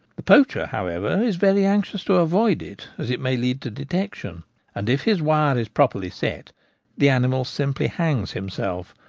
the poacher, however, is very anxious to avoid it, as it may lead to detection and if his wire is properly set the animal simply hangs himself,